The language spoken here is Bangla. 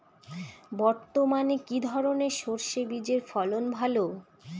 বর্তমানে কি ধরনের সরষে বীজের ফলন ভালো?